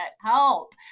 help